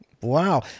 Wow